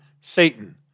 Satan